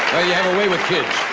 you have a way with kids.